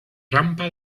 rampa